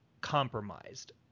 compromised